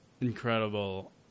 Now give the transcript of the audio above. incredible